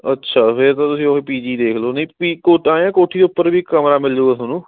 ਅੱਛਾ ਫਿਰ ਤਾਂ ਤੁਸੀਂ ਓਹੀ ਪੀਜੀ ਦੇਖ ਲਓ ਨਹੀਂ ਕੋਠੀ ਦੇ ਉੱਪਰ ਵੀ ਕਮਰਾ ਮਿਲ ਜੂਗਾ ਤੁਹਾਨੂੰ